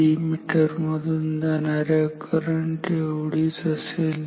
तर ती एमीटर मधून जाणार्या करंट एवढीच असेल